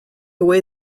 away